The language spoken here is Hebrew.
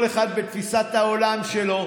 כל אחד ותפיסת העולם שלו.